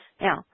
Now